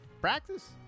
practice